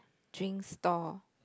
drinks stall